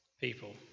people